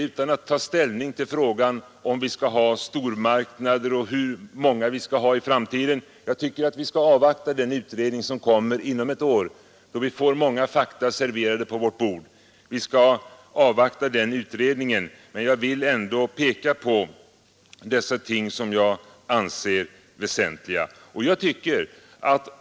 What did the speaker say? Utan att ta ställning till frågan om vi skall ha stormarknader och hur många vi skall ha i framtiden anser jag att vi bör avvakta den utredning som kommer inom ett år, då vi får många fakta serverade på vårt bord. Vi bör avvakta den utredningen, men jag vill ändå peka på dessa ting som jag anser väsentliga.